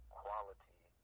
quality